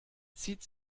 zieht